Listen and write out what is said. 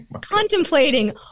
contemplating